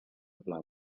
blava